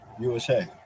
USA